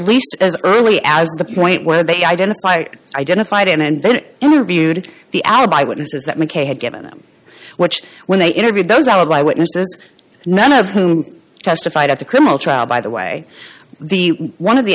least as early as the point where they identified identified and then interviewed the alibi witnesses that mckay had given them which when they interviewed those alibi witnesses none of whom testified at the criminal trial by the way the one of the